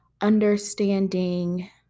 understanding